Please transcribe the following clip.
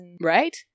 Right